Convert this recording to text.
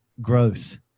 growth